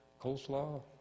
coleslaw